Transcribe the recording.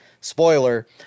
spoiler